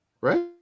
right